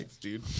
dude